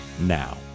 now